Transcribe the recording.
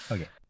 Okay